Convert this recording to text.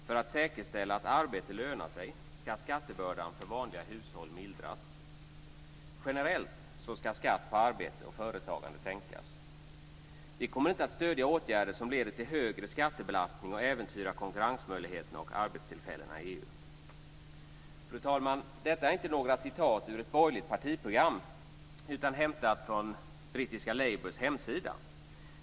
· För att säkerställa att arbete lönar sig ska skattebördan för vanliga hushåll mildras. · Vi kommer inte att stödja åtgärder som leder till högre skattebelastning och äventyrar konkurrensmöjligheterna och arbetstillfällena i EU. Fru talman! Detta är inte några citat ur ett borgerligt partiprogram, utan det är hämtat från brittiska Labours hemsida.